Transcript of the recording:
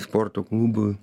sporto klubui